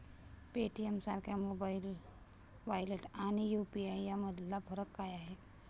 पेटीएमसारख्या mobile wallet आणि UPI यामधला फरक काय आहे?